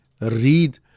read